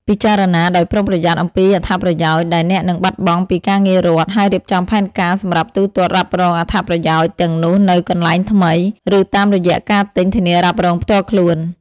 ពិចារណាដោយប្រុងប្រយ័ត្នអំពីអត្ថប្រយោជន៍ដែលអ្នកនឹងបាត់បង់ពីការងាររដ្ឋហើយរៀបចំផែនការសម្រាប់ទូទាត់រ៉ាប់រងអត្ថប្រយោជន៍ទាំងនោះនៅកន្លែងថ្មី ឬតាមរយៈការទិញធានារ៉ាប់រងផ្ទាល់ខ្លួន។